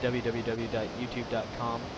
www.youtube.com